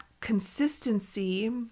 consistency